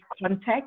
context